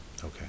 Okay